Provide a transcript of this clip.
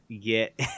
get